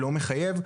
לא מחייב,